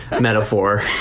metaphor